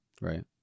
Right